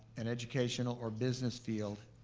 an educational or business field.